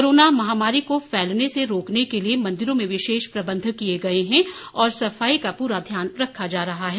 corona महामारी को फैलने से रोकने के लिए मंदिरों में विशेष प्रबंध किए गए है और सफाई का पूरा ध्यान रखा जा रहा है